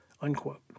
unquote